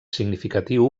significatiu